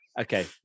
Okay